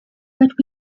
but